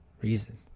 Reason